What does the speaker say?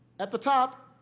at the top